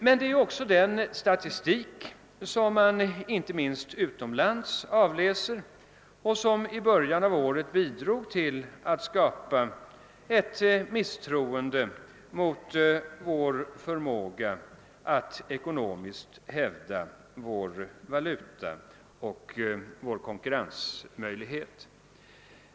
Men detta är också den statistik som man inte minst utomlands avläser och som i början av året bidrog till att skapa ett misstroende mot vår förmåga att ekonomiskt hävda vår valuta och vår konkurrensmöjlighet.